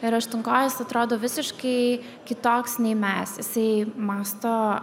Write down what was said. ir aštunkojis atrodo visiškai kitoks nei mes jisai mąsto